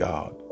God